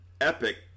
epic